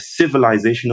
civilizational